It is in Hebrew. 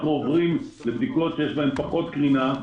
אנחנו עוברים היום לבדיקות שיש בהם פחות קרינה,